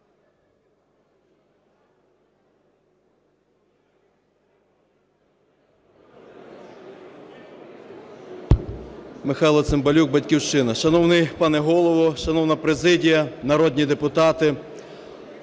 Михайло Цимбалюк, "Батьківщина". Шановний, пане Голово, шановна президія, народні депутати!